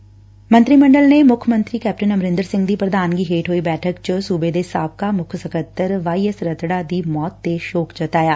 ਪੰਜਾਬ ਮੰਤਰੀ ਮੰਡਲ ਨੇ ਮੁੱਖ ਮੰਤਰੀ ਕੈਪਟਨ ਅਮਰਿੰਦਰ ਸਿੰਘ ਦੀ ਪ੍ਰਧਾਨਗੀ ਹੇਠ ਹੋਈ ਬੈਠਕ ਚ ਸੁਬੇ ਦੇ ਸਾਬਕਾ ਮੁੱਖ ਸਕੱਤਰ ਵਾਈ ਐਸ ਰੱਤੜਾ ਦੀ ਮੌਤ ਤੇ ਸ਼ੋਕ ਜਤਾਇਐ